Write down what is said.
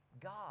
God